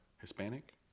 hispanic